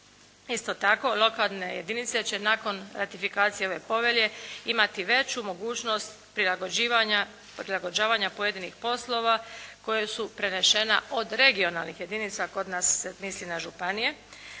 Isto tako, lokalne jedinice će nakon ratifikacije ove povelje imati veću mogućnost prilagođavanja pojedinih poslova koja su prenešena od regionalnih jedinica. Kod nas se misli na županije.